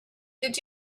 did